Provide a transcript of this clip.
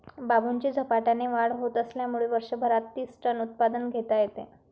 बांबूची झपाट्याने वाढ होत असल्यामुळे वर्षभरात तीस टन उत्पादन घेता येते